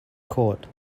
caught